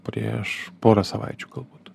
prieš pora savaičių galbūt